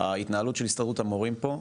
ההתנהלות של הסתדרות המורים פה,